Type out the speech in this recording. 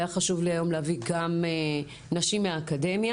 היה חשוב לי היום להביא גם נשים מהאקדמיה